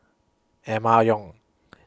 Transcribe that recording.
Emma Yong